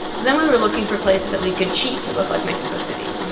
so then we were looking for places that we could cheat to look like mexico city,